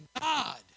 God